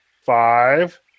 Five